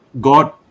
God